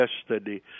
yesterday